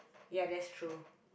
ya that's true